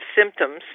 symptoms